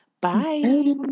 Bye